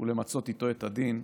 ולמצות איתו את הדין,